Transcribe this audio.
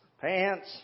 pants